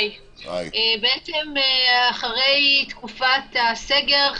בעצם אחרי תקופת הסגר,